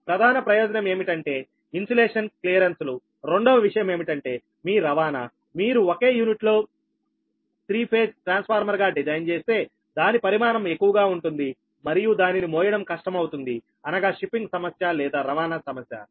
ప్రధాన ప్రయోజనం ఏమిటంటే ఇన్సులేషన్ క్లియరెన్సులురెండవ విషయం ఏమిటంటే మీ రవాణామీరు ఒకే యూనిట్లో 3 ఫేజ్ ట్రాన్స్ఫార్మర్గా డిజైన్ చేస్తే దాని పరిమాణం ఎక్కువగా ఉంటుంది మరియు దానిని మోయడం కష్టం అవుతుంది అనగా షిప్పింగ్ సమస్య లేదా రవాణా సమస్య